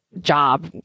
job